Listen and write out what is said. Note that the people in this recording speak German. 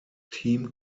team